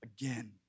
again